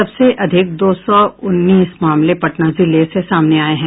सबसे अधिक दो सौ उन्नीस मामले पटना जिले से सामने आये हैं